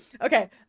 Okay